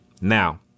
Now